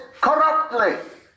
corruptly